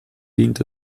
dient